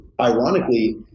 Ironically